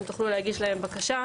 אתם תוכלו להגיש להם בקשה,